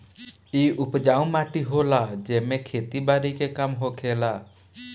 इ उपजाऊ माटी होला जेमे खेती बारी के काम होखेला